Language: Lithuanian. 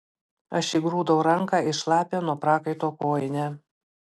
aš įgrūdau ranką į šlapią nuo prakaito kojinę